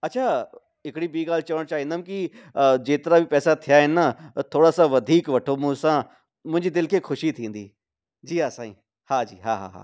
अच्छा हिकिड़ी ॿी ॻाल्हि चवणु चाहींदुमि कि जेतिरा बि पैसा थिया आहिनि न त थोरा सां वधीक वठो मूं सां मुंहिंजी दिलि खे ख़ुशी थींदी जी हा साईं हा जी हा हा